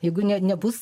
jeigu ne nebus